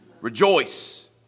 Rejoice